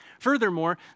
Furthermore